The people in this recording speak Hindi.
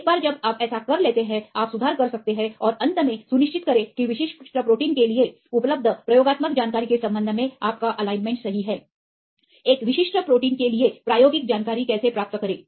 एक बार जब आप ऐसा कर लेते हैं कि आप सुधार कर सकते हैं और अंत में सुनिश्चित करें कि विशेष प्रोटीन के लिए उपलब्ध प्रयोगात्मक जानकारी के संबंध में आपका एलाइनमेंट सही है एक विशिष्ट प्रोटीन के लिए प्रायोगिक जानकारी कैसे प्राप्त करें